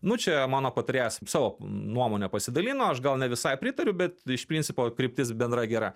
nu čia mano patarėjas savo nuomone pasidalino aš gal ne visai pritariu bet iš principo kryptis bendra gera